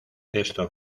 esto